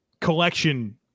collection